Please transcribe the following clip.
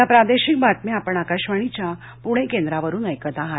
या प्रादेशिक बातम्या आपण आकाशवाणीच्या पुणे केंद्रावरून ऐकत आहात